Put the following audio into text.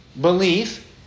belief